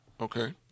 Okay